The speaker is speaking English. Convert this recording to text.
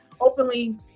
openly